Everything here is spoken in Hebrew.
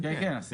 כן.